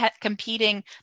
competing